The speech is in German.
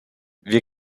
wir